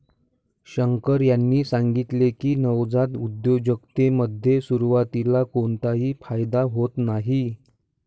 शंकर यांनी सांगितले की, नवजात उद्योजकतेमध्ये सुरुवातीला कोणताही फायदा होत नाही